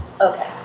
Okay